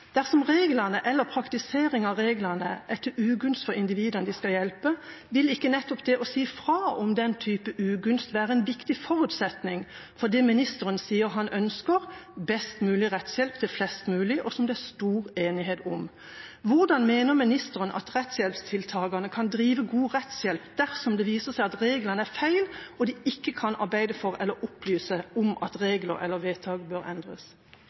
Dersom reglene eller praktiseringa av reglene er til ugunst for individene de skal hjelpe, vil ikke nettopp det å si fra om den typen ugunst være en viktig forutsetning for det som ministeren sier han ønsker – best mulig rettshjelp til flest mulig – og som det er stor enighet om? Hvordan mener ministeren at rettshjelperne kan drive god rettshjelp dersom det viser seg at reglene er feil og de ikke kan arbeide for eller opplyse om at regler eller vedtak bør endres?